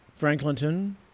Franklinton